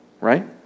right